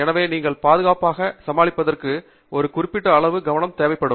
எனவே நீங்கள் பாதுகாப்பாக சமாளிப்பதற்கு ஒரு குறிப்பிட்ட அளவு கவனம் தேவைப்படும்